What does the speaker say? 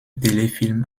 téléfilm